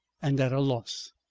and at a loss.